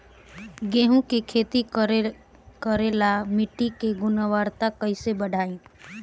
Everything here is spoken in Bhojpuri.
गेहूं के खेती करेला मिट्टी के गुणवत्ता कैसे बढ़ाई?